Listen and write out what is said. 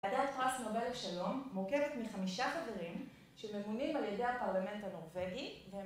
ועדת פרס נובל לשלום, מורכבת מחמישה חברים שממונים על ידי הפרלמנט הנורבגי